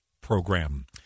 program